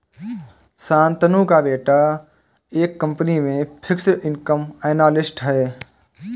शांतनु का बेटा एक कंपनी में फिक्स्ड इनकम एनालिस्ट है